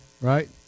right